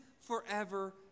forever